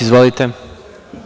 Izvolite.